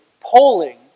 polling